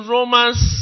Romans